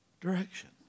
Direction